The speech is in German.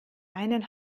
einen